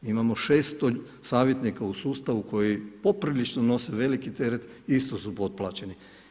Imamo 600 savjetnika u sustavu koji poprilično nose veliki teret i isto su potplaćeni.